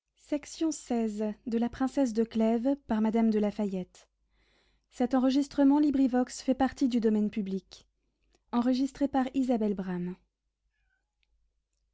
of la princesse de clèves